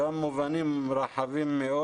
גם מובנים רחבים מאוד.